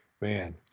Man